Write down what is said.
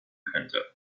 könnte